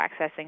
accessing